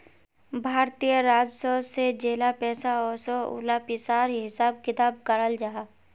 भारतीय राजस्व से जेला पैसा ओसोह उला पिसार हिसाब किताब कराल जाहा